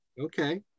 Okay